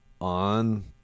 on